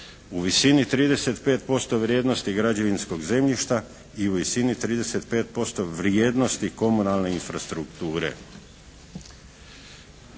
u visini 35% vrijednosti građevinskog zemljišta i u visini 35% vrijednosti komunalne infrastrukture.